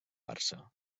barça